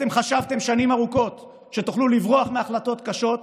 אתם חשבתם שנים ארוכות שתוכלו לברוח מהחלטות קשות,